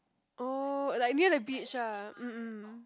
oh like near the beach ah um um